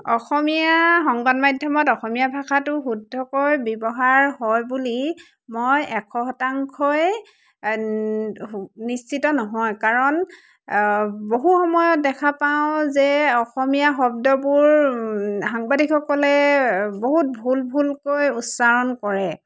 অসমীয়া সংবাদ মাধ্যমত অসমীয়া ভাষাটো শুদ্ধকৈ ব্যৱহাৰ হয় বুলি মই এশ শতাংশই নিশ্চিত নহয় কাৰণ বহু সময়ত দেখা পাওঁ যে অসমীয়া শব্দবোৰ সাংবাদিকসকলে বহুত ভুল ভুলকৈ উচ্চাৰণ কৰে